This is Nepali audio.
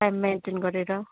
टाइम मेन्टेन गरेर